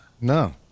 No